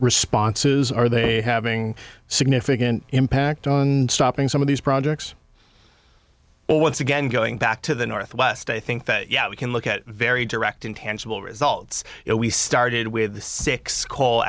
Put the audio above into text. responses are they having significant impact on stopping some of these projects well once again going back to the northwest i think that yeah we can look at very direct and tangible results if we started with the six coal